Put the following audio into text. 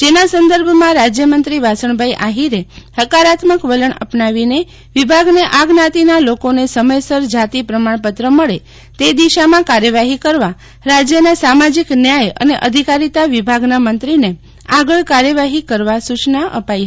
જેના સંદર્ભે રાજ્યમંત્રી વાસણભાઈ આહિરે હકારાત્મક વલણ અપનાવીને વિભાગને આ જ્ઞાતિના લોકોને સમયસર જતી પ્રમાણપત્ર મળે તે દિઅશમ કાર્યવાહી કરવા તાજ્યના સામાજિક ન્યાય અને અધિકારીતા વિભાગના મંત્રીને આગળ કાર્યવાહી કરવા સુવ્હાના અપાઈ હતી